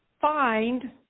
find